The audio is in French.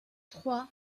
trois